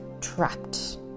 trapped